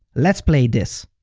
let's play this.